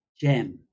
gem